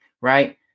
right